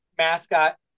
mascot